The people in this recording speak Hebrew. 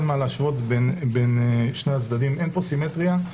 אין מה להשוות בין שני הצדדים, אין פה סימטריה.